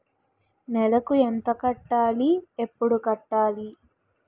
నెలకు ఎంత కట్టాలి? ఎప్పుడు కట్టాలి?